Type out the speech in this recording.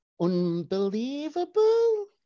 ..unbelievable